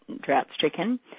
drought-stricken